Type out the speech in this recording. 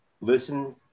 listen